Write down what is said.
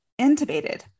intubated